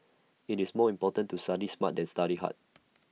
IT is more important to study smart than study hard